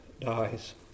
dies